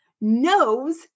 knows